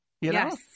Yes